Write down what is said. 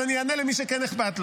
אז אני אענה למי שכן אכפת לו.